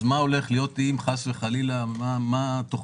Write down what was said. אז מה הולך להיות אם חס וחלילה מה התוכנית